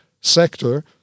sector